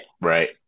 right